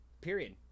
Period